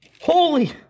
Holy